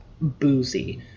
boozy